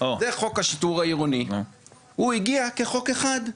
זה חוק השיטור העירוני, הוא הגיע כחוק אחד.